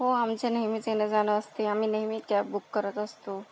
हो आमचं नेहमीच येणं जाणं असते आम्ही नेहमी कॅब बुक करत असतो